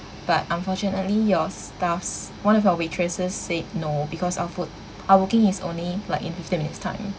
but unfortunately your staffs one of your waitress just said no because our book our booking is only like in fifteen minutes time